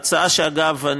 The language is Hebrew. אגב,